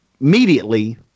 immediately